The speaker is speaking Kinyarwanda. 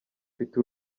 mfite